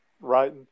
right